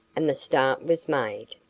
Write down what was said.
and the start was made.